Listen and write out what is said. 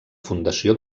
fundació